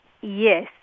Yes